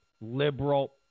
liberal